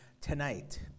tonight